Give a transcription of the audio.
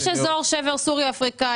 יש אזור שבר סורי-אפריקאי.